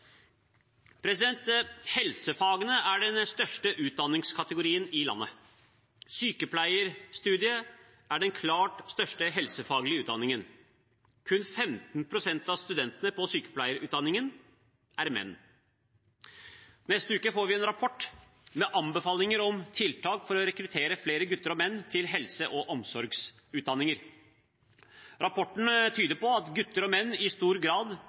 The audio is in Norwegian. Helsefagene er den største utdanningskategorien i landet. Sykepleierstudiet er den klart største helsefaglige utdanningen. Kun 15 pst. av studentene på sykepleierutdanningen er menn. Neste uke får vi en rapport med anbefalinger om tiltak for å rekruttere flere gutter og menn til helse- og omsorgsutdanninger. Rapporten tyder på at gutter og menn i stor grad